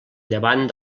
llevant